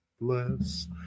bless